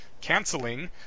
canceling